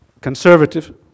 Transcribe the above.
conservative